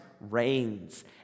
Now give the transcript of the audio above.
reigns